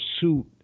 suit